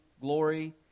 glory